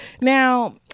Now